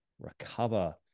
recover